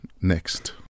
next